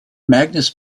magnus